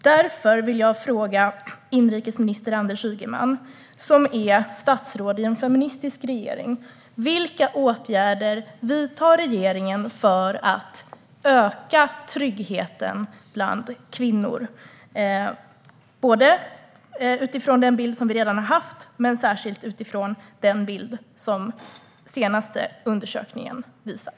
Därför vill jag fråga inrikesminister Anders Ygeman, som är statsråd i en feministisk regering, vilka åtgärder regeringen vidtar för att öka tryggheten bland kvinnor - både utifrån den bild vi redan har haft och, särskilt, utifrån den bild som den senaste undersökningen visar.